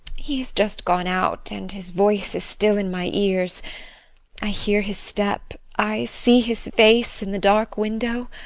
he has just gone out, and his voice is still in my ears i hear his step i see his face in the dark window.